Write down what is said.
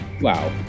wow